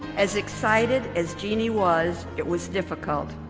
as excited as jeanne was, it was difficult.